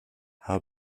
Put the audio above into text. how